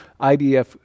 IDF